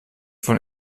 von